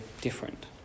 different